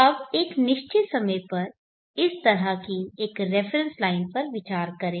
अब एक निश्चित समय पर इस तरह की एक रेफरेन्स लाइन पर विचार करें